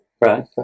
right